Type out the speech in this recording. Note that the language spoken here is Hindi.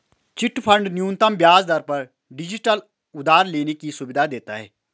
चिटफंड न्यूनतम ब्याज दर पर डिजिटल उधार लेने की सुविधा देता है